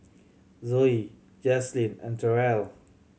Zoe Jaslene and Terell